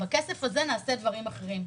בכסף הזה נעשה דברים אחרים,